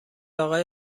اقای